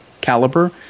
caliber